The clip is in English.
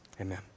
amen